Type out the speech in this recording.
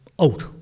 out